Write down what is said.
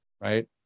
right